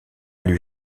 lui